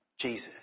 Jesus